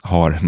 Har